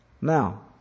Now